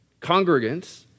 congregants